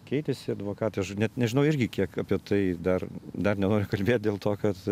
keitėsi advokatė aš net nežinau irgi kiek apie tai dar dar nenoriu kalbėt dėl to kad